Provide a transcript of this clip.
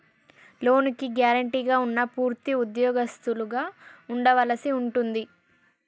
లోనుకి గ్యారెంటీగా ఉన్నా పూర్తి ఉద్యోగస్తులుగా ఉండవలసి ఉంటుంది